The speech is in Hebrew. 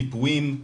מיפויים,